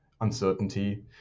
uncertainty